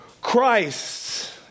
Christ